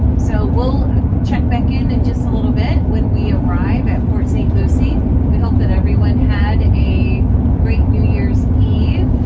so we'll check back in in just a little bit when we arrive at port st. lucy. we hope that everyone had a great new year's eve.